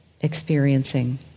experiencing